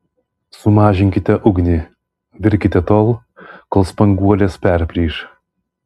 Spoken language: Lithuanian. sumažinkite ugnį virkite tol kol spanguolės perplyš